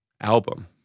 album